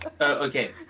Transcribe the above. okay